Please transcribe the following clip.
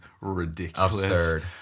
ridiculous